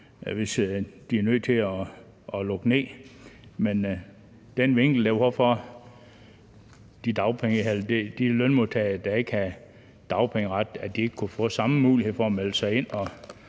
hvis de er nødt til at lukke ned, men hvorfor skal de lønmodtagere, der ikke havde dagpengeret, ikke kunne få samme mulighed for at melde sig ind